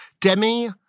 Demi